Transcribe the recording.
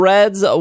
Reds